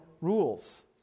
rules